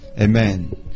Amen